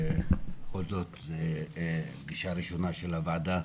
בכל זאת אנחנו בפגישה ראשונה של הוועדה.